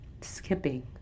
Skipping